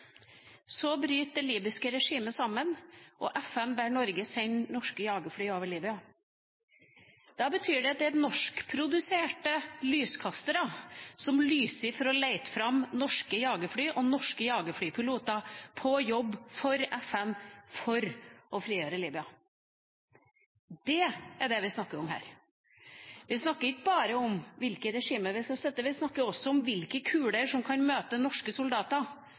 Så bryter det libyske regimet sammen, og FN ber Norge sende norske jagerfly over Libya. Da betyr det at det er norskproduserte lyskastere som lyser for å lete fram norske jagerfly og norske jagerflypiloter på jobb for FN for å frigjøre Libya. Det er det vi snakker om her. Vi snakker ikke bare om hvilke regimer vi skal støtte, vi snakker også om hvilke kuler som kan møte norske soldater